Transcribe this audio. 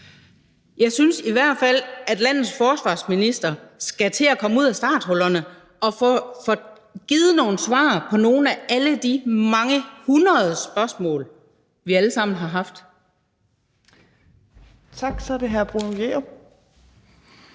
Jeg synes i hvert fald, at landets forsvarsminister skal til at komme ud af starthullerne og få givet nogle svar på nogle af alle de mange hundrede spørgsmål, vi alle sammen har haft. Kl. 13:44 Fjerde